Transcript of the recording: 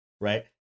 right